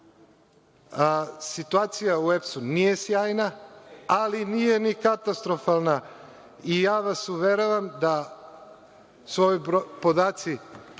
situacija u EPS-u nije sjajna, ali nije ni katastrofalna i ja vas uveravam da su ovi podaci